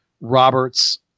Roberts